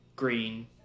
green